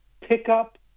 pickup